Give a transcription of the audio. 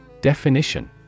Definition